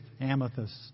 Amethyst